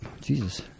Jesus